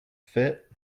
fit